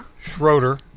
Schroeder